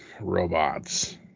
robots